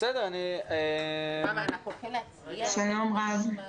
אנחנו מקבלים אתכם בברכה.